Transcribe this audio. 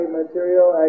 material